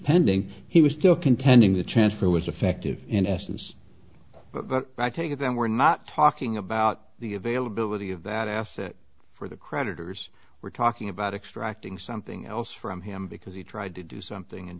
pending he was still contending the transfer was affective in essence but i take it that we're not talking about the availability of that asset for the creditors we're talking about extracting something else from him because he tried to do something and